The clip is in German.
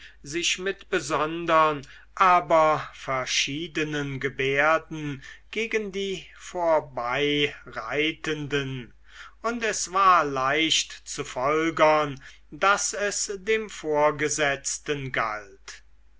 sich mit besondern aber verschiedenen gebärden gegen die vorbeireitenden und es war leicht zu folgern daß es dem vorgesetzten galt